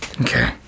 Okay